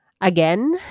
again